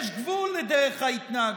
יש גבול לדרך ההתנהגות,